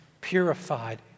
purified